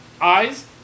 eyes